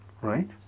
right